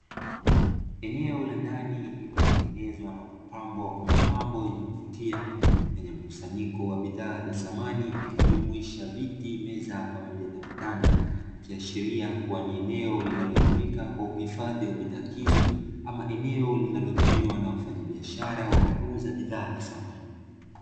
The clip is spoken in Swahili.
Eneo la ndani lililotengenezwa na kupambwa na mapambo yenye kuvutia, lenye mkusanyiko wa bidhaa za samani ikijumuisha viti, meza pamoja na vitanda, ikiashiria kuwa ni eneo linalotumika kwa uhifadhi wa bidhaa hizo ama eneo linalotumiwa na wafanyibiashara wa kuuza bidhaa za samani.